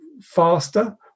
faster